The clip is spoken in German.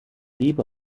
liebe